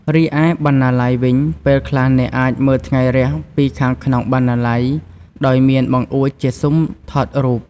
រីឯបណ្ណាល័យវិញ ពេលខ្លះ អ្នកអាចមើលថ្ងៃរះពីខាងក្នុងបណ្ណាល័យ ដោយមានបង្អួចជាស៊ុមថតរូប។